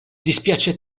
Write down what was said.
dispiace